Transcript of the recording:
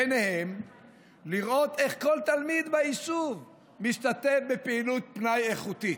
ובהם לראות איך כל תלמיד ביישוב משתתף בפעילות פנאי איכותי.